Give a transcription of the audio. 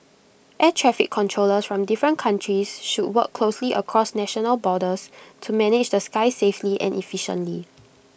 air traffic controllers from different countries should work closely across national borders to manage the skies safely and efficiently